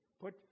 Put